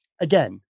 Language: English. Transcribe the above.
again